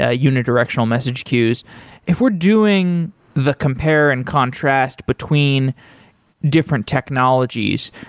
ah unidirectional message queues if we're doing the compare and contrast between different technologies,